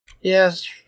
Yes